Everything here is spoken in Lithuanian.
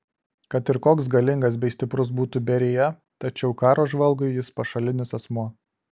kad ir koks galingas bei stiprus būtų berija tačiau karo žvalgui jis pašalinis asmuo